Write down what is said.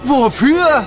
Wofür